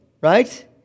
Right